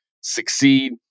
succeed